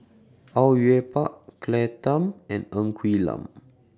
Au Yue Pak Claire Tham and Ng Quee Lam